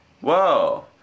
Whoa